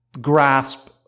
grasp